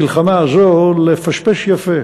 את המלחמה הזאת, לפשפש יפה